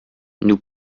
nous